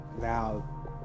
now